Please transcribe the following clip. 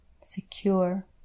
secure